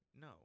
No